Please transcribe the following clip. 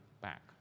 back